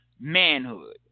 manhood